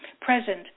present